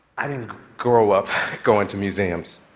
i didn't grow up going to museums.